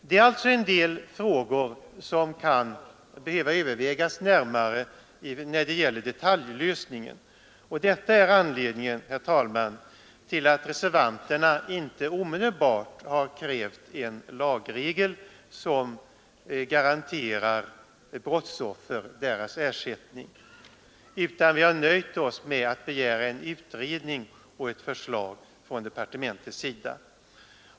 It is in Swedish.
Det är alltså en del frågor som kan behöva övervägas närmare när det gäller detaljlösningen. Detta är anledningen, herr talman, till att reservanterna inte omedelbart har krävt en lagregel som garanterar brottsoffren ersättning, utan vi har nöjt oss med att begära en utredning och ett förslag från departementets sida.